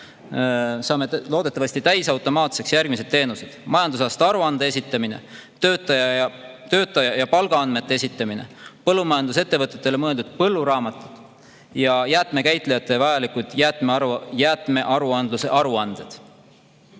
saame loodetavasti täisautomaatseks järgmised teenused: majandusaasta aruande esitamine, töötaja- ja palgaandmete esitamine, põllumajandusettevõtetele mõeldud põlluraamat ja jäätmekäitlejate vajalikud jäätmearuandluse